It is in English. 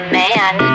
man